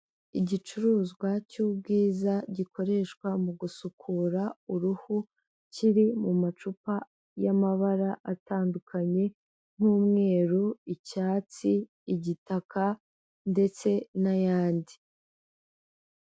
Igicuruzwa cy'ubwiza gikoreshwa mu gusukura uruhu, kiri mu macupa y'amabara atandukanye nk'umweru, icyatsi, igitaka ndetse n'ayandi.